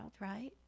right